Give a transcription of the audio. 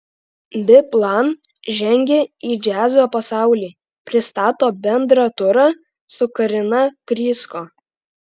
biplan žengia į džiazo pasaulį pristato bendrą turą su karina krysko